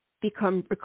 become